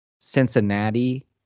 Cincinnati